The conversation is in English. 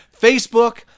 Facebook